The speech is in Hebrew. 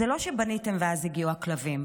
זה לא שבניתם ואז הגיעו הכלבים,